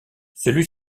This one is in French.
celui